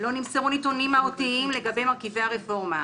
לא נמסרו נתונים מהותיים לגבי מרכיבי הרפורמה.